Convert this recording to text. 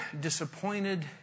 disappointed